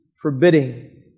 forbidding